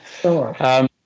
Sure